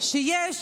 שיש